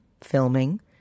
filming